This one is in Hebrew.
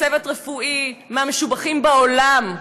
וצוות רפואי מהמשובחים בעולם,